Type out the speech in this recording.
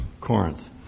Corinth